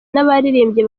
n’abaririmbyi